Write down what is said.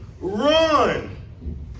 run